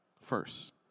first